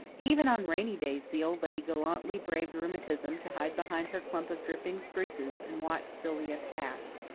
even on rainy days the old lady gallantly braved rheumatism to hide behind her clump of dripping spruces and watch sylvia pass.